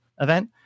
event